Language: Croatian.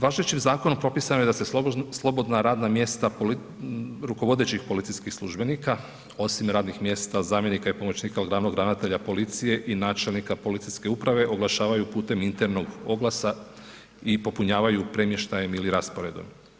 Važećim zakonom propisano je da se slobodna radna mjesta rukovodećih policijskih službenika osim radnih mjesta zamjenika i pomoćnika glavnog ravnatelja policije i načelnika policijske uprave oglašavaju putem internog oglasa i popunjavaju premještajem ili rasporedom.